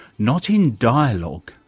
not in dialogue,